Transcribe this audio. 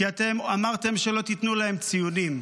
כי אתם אמרתם שלא תיתנו להם ציונים,